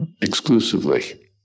exclusively